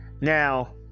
Now